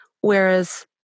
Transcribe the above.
whereas